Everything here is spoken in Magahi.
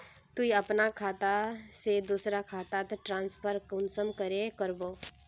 तुई अपना खाता से दूसरा खातात ट्रांसफर कुंसम करे करबो?